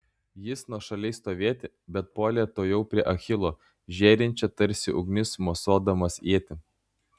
jis nuošaliai stovėti bet puolė tuojau prie achilo žėrinčią tarsi ugnis mosuodamas ietį